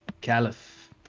Caliph